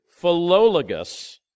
Philologus